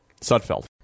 Sudfeld